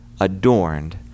adorned